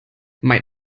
mein